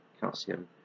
calcium